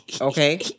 Okay